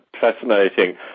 fascinating